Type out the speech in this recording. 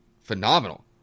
phenomenal